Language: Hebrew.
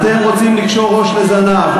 אתם רוצים לקשור ראש לזנב.